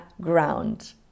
ground